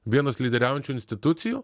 vienos lyderiaujančių institucijų